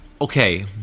okay